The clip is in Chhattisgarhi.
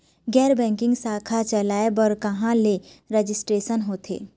गैर बैंकिंग शाखा चलाए बर कहां ले रजिस्ट्रेशन होथे?